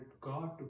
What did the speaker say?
God